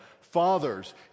Fathers